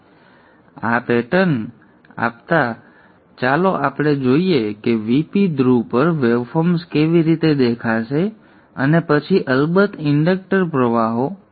હવે આ પેટર્ન આપતા ચાલો આપણે જોઈએ કે Vp ધ્રુવ પર વેવફોર્મ્સ કેવી રીતે દેખાશે અને પછી અલબત્ત ઇન્ડક્ટર પ્રવાહો